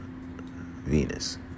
venus